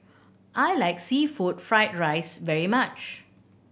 I like seafood fried rice very much